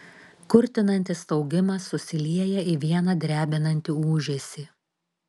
kurtinantis staugimas susilieja į vieną drebinantį ūžesį